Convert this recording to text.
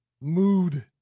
mood